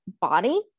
body